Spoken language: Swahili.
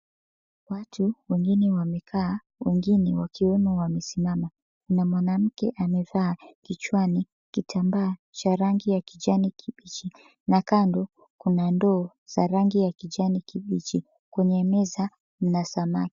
Watu wengine wamekaa wengine wakiwa wamesimama, kuna mwanamke amevaa kichwani kitambaa cha rangi ya kijani kibichi na kando kuna ndoo za rangi ya kijani kibichi. Kwenye meza mna samaki.